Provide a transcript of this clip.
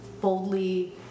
boldly